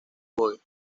voy